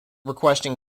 requesting